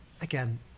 again